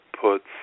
puts